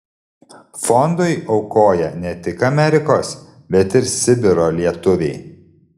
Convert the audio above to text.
fondui aukoja ne tik amerikos bet ir sibiro lietuviai